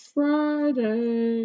Friday